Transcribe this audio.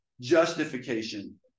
justification